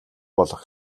болох